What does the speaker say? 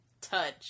touch